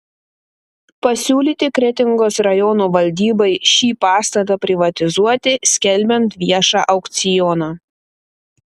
pasiūlyti kretingos rajono valdybai šį pastatą privatizuoti skelbiant viešą aukcioną